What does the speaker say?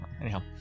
Anyhow